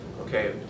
okay